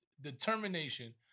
determination